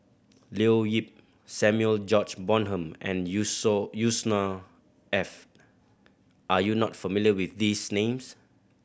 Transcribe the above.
Leo Yip Samuel George Bonham and Yusnor Ef are you not familiar with these names